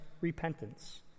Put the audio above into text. repentance